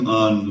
on